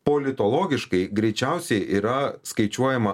politologiškai greičiausiai yra skaičiuojama